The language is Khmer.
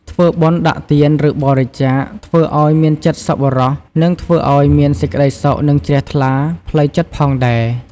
ធ្វើបុណ្យ ដាក់ទាន ឬ បរិច្ចាគ ធ្វើអោយមានចិត្តសប្បុរសនឹងធ្វើអោយមានសេចក្តីសុខនិងជ្រះថ្លាផ្លូវចិត្តផងដែរ។